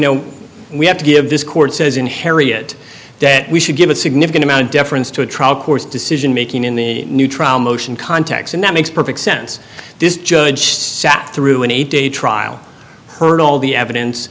know we have to give this court says in harriet that we should give a significant amount of deference to a trial court's decision making in the new trial motion context and that makes perfect sense this judge sat through an eight day trial heard all the evidence